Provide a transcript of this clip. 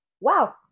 Wow